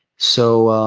so,